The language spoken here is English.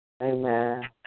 Amen